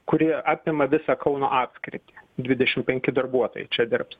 kuri apima visą kauno apskritį dvidešim penki darbuotojai čia dirbs